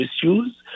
issues